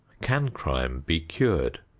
can crime be cured?